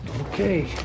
Okay